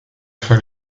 von